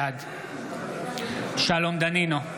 בעד שלום דנינו,